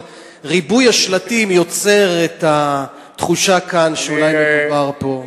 אבל ריבוי השלטים יוצר את התחושה שאולי מדובר פה,